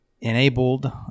enabled